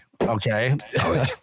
okay